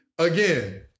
Again